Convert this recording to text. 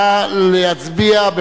נא להצביע.